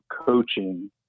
coaching